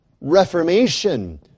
reformation